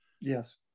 Yes